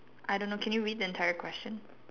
I don't know can you read the entire question